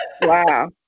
wow